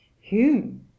Hume